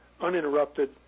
uninterrupted